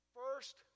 first